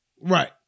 Right